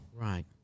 Right